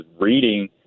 reading